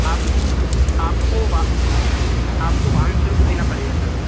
आप आपको वा आपको वाहन शुल्क देना पड़ेगा सर